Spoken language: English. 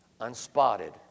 unspotted